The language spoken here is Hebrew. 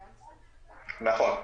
נכון.